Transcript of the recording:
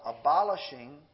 abolishing